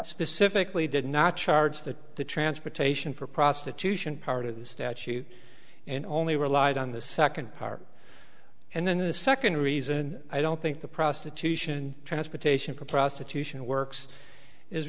specifically did not charge that the transportation for prostitution part of the statute and only relied on the second part and then the second reason i don't think the prostitution transportation for prostitution works is